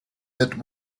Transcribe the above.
that